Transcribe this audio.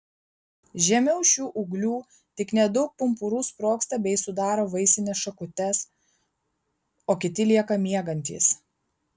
žemiau šių ūglių tik nedaug pumpurų sprogsta bei sudaro vaisines šakutes o kiti lieka miegantys